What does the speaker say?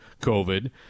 COVID